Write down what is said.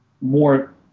more –